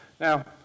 Now